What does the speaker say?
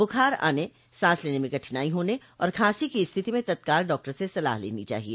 बुखार आने सांस लेने में कठिनाई होने और खांसी की स्थिति में तत्काल डॉक्टर से सलाह लेनी चाहिए